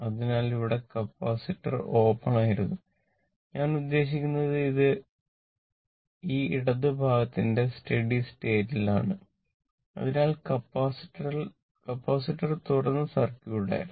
അതിനാൽ ഇവിടെ capacitor open ആയിരുന്നു ഞാൻ ഉദ്ദേശിക്കുന്നത് ഈ ഇടത് ഭാഗത്തിന്റെ സ്റ്റഡി സ്റ്റേറ്റിൽ ആണ് അതിനാൽ കപ്പാസിറ്റർ തുറന്ന സർക്യൂട്ട് ആയിരുന്നു